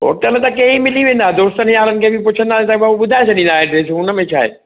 hotel त कहिड़ी मिली वेंदा दोस्तनि यारनि खे बि पुछंदा त पोइ उहो ॿुधाए छॾींदा एड्रेस हुन में छा आहे